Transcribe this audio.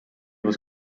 was